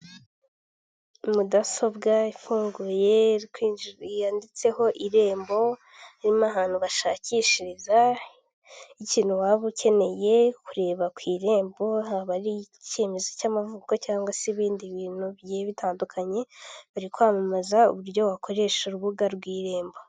Mudasobwa ifunguye yanditseho irembo, harimo ahantu bashakishiriza ikintu waba ukeneye kureba ku irembo haba ari icyemezo cy'amavuko cyangwa se ibindi bintu bitandukanye, bari kwamamaza uburyo bakoresha urubuga rw'irembo.